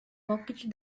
pocketed